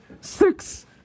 six